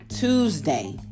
Tuesday